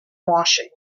washing